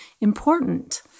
important